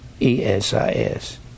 e-s-i-s